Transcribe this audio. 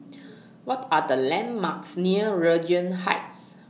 What Are The landmarks near Regent Heights